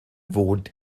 wohnt